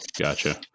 gotcha